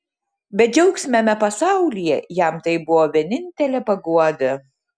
bedžiaugsmiame pasaulyje jam tai buvo vienintelė paguoda